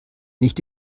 nicht